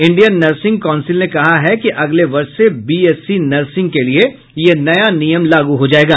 Indian nursing council ने कहा है कि अगले वर्ष से बीएससी नर्सिंग के लिए यह नया निमय लागू हो जायेगा